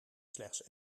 slechts